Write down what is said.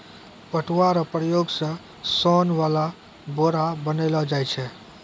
पटुआ रो प्रयोग से सोन वाला बोरा बनैलो जाय छै